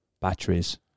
batteries